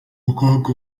mukobwa